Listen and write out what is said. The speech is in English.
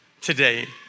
today